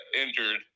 injured